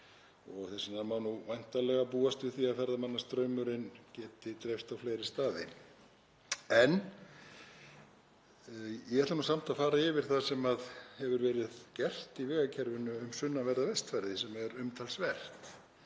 og þess vegna má væntanlega búast við því að ferðamannastraumurinn geti dreifst á fleiri staði. En ég ætla nú samt að fara yfir það sem hefur verið gert í vegakerfinu um sunnanverða Vestfirði sem er umtalsvert.